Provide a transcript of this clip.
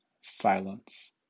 Silence